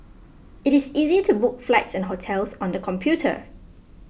it is easy to book flights and hotels on the computer